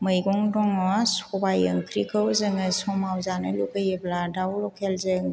मैगं दङ सबाय ओंख्रिखौ जोङो समाव जानो लुबैयोब्ला दाउ लकेलजों